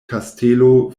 kastelo